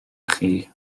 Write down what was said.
chi